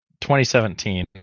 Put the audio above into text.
2017